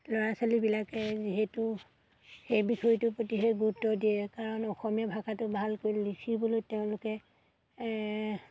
ল'ৰা ছোৱালীবিলাকে যিহেতু সেই বিষয়টোৰ প্ৰতিহে গুৰুত্ব দিয়ে কাৰণ অসমীয়া ভাষাটো ভালকৈ লিখিবলৈ তেওঁলোকে